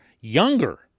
younger